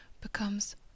becomes